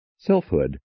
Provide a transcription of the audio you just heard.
Selfhood